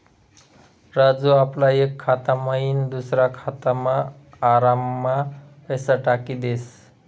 राजू आपला एक खाता मयीन दुसरा खातामा आराममा पैसा टाकी देस